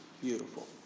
beautiful